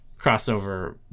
crossover